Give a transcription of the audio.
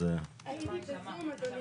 הייתי בזום, אדוני.